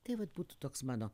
tai vat būtų toks mano